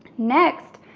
next,